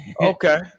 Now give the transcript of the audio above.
okay